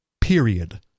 period